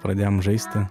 pradėjom žaisti